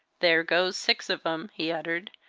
there goes six of em! he uttered,